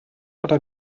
oder